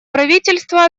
правительство